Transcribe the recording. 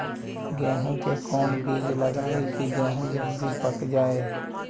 गेंहू के कोन बिज लगाई कि गेहूं जल्दी पक जाए?